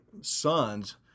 sons